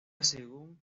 según